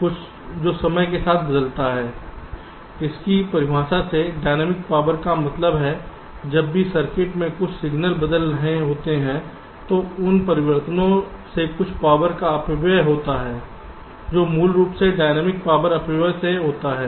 कुछ जो समय के साथ बदलता है इसकी परिभाषा से डायनेमिक पावर का मतलब है जब भी सर्किट में कुछ सिग्नल बदल रहे होते हैं तो उन परिवर्तनों से कुछ पावर का अपव्यय होता है जो मूल रूप से डायनेमिक पावर अपव्यय से होता है